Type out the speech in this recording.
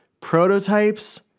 prototypes